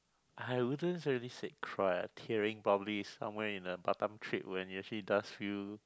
I wouldn't really say cry tearing probably somewhere in the Batam trip when it actually does feel